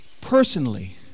Personally